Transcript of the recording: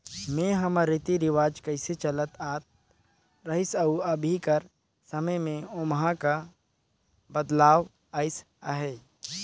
में हमर रीति रिवाज कइसे चलत आत रहिस अउ अभीं कर समे में ओम्हां का बदलाव अइस अहे